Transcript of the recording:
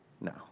No